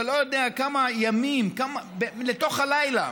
אתה יודע כמה ימים לתוך הלילה